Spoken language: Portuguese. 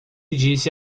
disse